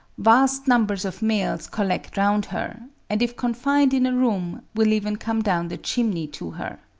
vast numbers of males collect round her, and if confined in a room will even come down the chimney to her.